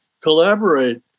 collaborate